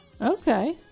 Okay